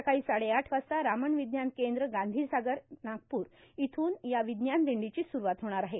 सकाळी साडेआठ वाजता रामन विज्ञान केंद्र गांधी सागर नागपूर इथून या विज्ञान दिंडीची सुरूवात होणार आहे